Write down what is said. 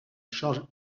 charge